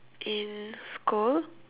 in school